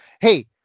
hey